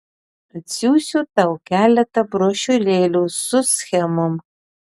atsiųsiu tau keletą brošiūrėlių su schemom